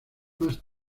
más